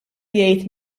jgħid